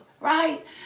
right